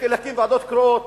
לבוא ולהקים ועדות קרואות,